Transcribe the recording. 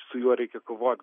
su juo reikia kovot